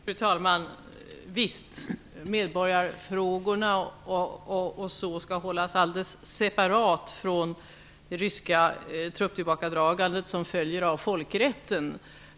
Fru talman! Visst, medborgarfrågorna skall hållas alldeles separat från det ryska trupptillbakadragandet, som följer av folkrätten.